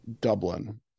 Dublin